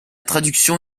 traduction